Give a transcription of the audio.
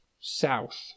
south